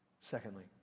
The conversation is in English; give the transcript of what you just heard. Secondly